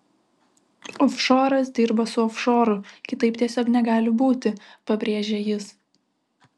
ofšoras dirba su ofšoru kitaip tiesiog negali būti pabrėžė jis